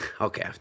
Okay